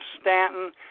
Stanton